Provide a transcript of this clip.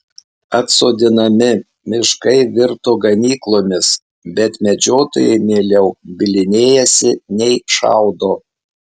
atsodinami miškai virto ganyklomis bet medžiotojai mieliau bylinėjasi nei šaudo